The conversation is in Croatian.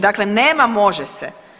Dakle, nema može se.